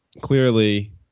clearly